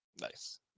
Nice